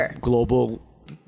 global